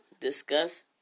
discuss